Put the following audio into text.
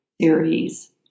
series